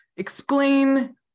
explain